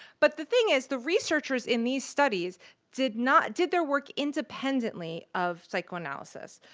but the thing is, the researchers in these studies did not did their work independently of psychoanalysis.